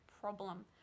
problem